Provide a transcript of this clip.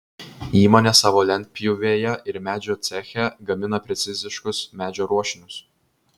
įmonė savo lentpjūvėje ir medžio ceche gamina preciziškus medžio ruošinius